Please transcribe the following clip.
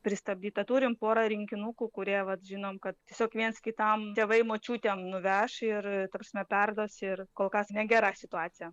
pristabdyta turim porą rinkinukų kurie vat žinom kad tiesiog viens kitam tėvai močiutėm nuveš ir ta prasme perduos ir kol kas negera situacija